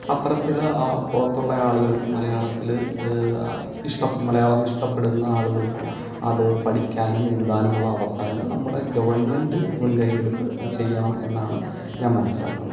അത്തരത്തിൽ ആ പുറത്തുള്ള ആളുകൾക്കും മലയാളത്തിൽ ഇഷ്ടം മലയാളം ഇഷ്ടപ്പെടുന്ന ആളുകൾക്കും അത് പഠിക്കാനും എഴുതാനുമുള്ള അവസരങ്ങൾ നമ്മുടെ ഗവൺമെൻറ്റ് മുൻകയ്യെടുത്ത് ചെയ്യണം എന്നാണ് ഞാൻ മനസ്സിലാക്കുന്നത്